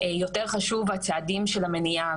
יותר חשובים פה הצעדים של המניעה,